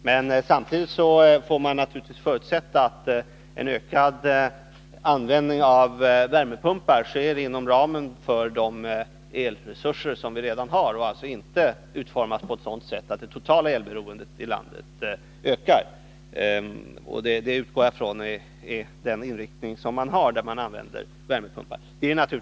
Men samtidigt får man givetvis förutsätta att en ökad användning av värmepumpar sker inom ramen för de elresurser som vi redan har, och alltså inte utformas på ett sådant sätt att det totala elberoendet i landet ökar. Jag utgår från att det är den inriktning man har när man använder värmepumpar.